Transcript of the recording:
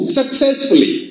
successfully